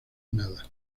nada